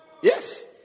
Yes